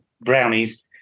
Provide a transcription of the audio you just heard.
Brownies